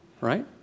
right